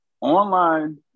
online